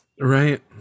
Right